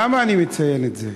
למה אני מציין את זה?